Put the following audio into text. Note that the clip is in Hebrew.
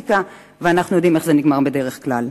אנחנו יודעים איך זה נגמר בדרך כלל.